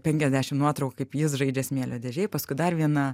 penkiasdešim nuotraukų kaip jis žaidžia smėlio dėžėj paskui dar viena